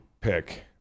pick